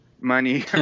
money